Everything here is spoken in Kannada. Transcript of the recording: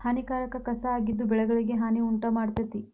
ಹಾನಿಕಾರಕ ಕಸಾ ಆಗಿದ್ದು ಬೆಳೆಗಳಿಗೆ ಹಾನಿ ಉಂಟಮಾಡ್ತತಿ